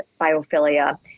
biophilia